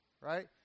right